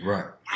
Right